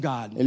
God